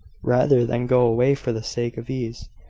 rather than go away for the sake of ease,